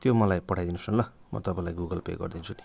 त्यो मलाई पठाइदिनुहोस् न ल म तपाईँलाई गुगल पे गरिदिन्छु नि